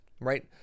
right